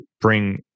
bring